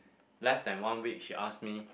less than one week she ask me